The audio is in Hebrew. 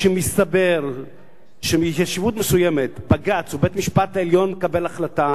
כשמסתבר שלגבי התיישבות מסוימת בג"ץ או בית-המשפט העליון מקבל החלטה